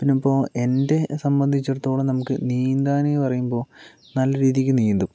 പിന്നെ ഇപ്പോൾ എന്റെ സംബന്ധിച്ചടുത്തോളം നമുക്ക് നിന്താൻ എന്ന് പറയുമ്പോൾ നല്ല രീതിക്ക് നീന്തും